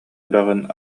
үрэҕин